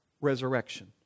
Resurrection